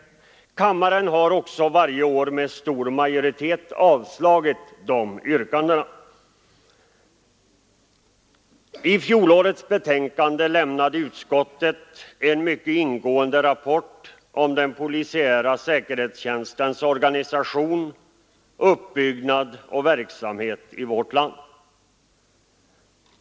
Kammaren har också varje år med stor majoritet avslagit de yrkandena. I fjolårets betänkande lämnade utskottet en mycket ingående rapport om den polisiära säkerhetstjänstens organisation, uppbyggnad och verksamhet i vårt land.